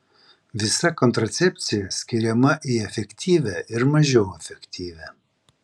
visa kontracepcija skiriama į efektyvią ir mažiau efektyvią